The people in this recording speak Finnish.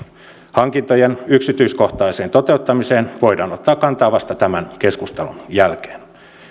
hankintojen yksityiskohtaiseen toteuttamiseen voidaan ottaa kantaa vasta tämän keskustelun jälkeen